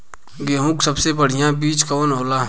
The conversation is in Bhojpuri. गेहूँक सबसे बढ़िया बिज कवन होला?